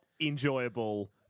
enjoyable